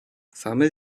саме